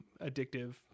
addictive